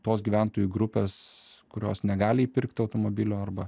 tos gyventojų grupės kurios negali įpirkti automobilio arba